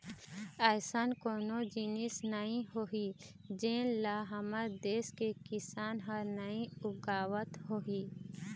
अइसन कोनो जिनिस नइ होही जेन ल हमर देस के किसान ह नइ उगावत होही